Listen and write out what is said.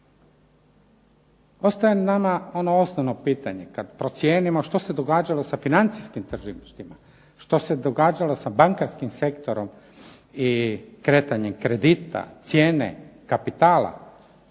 Ostaje nama ono osnovno pitanje, kad procijenimo što se događalo sa financijskim tržištima, što se događalo sa bankarskim sektorom i kretanjem kredita, cijene kapitala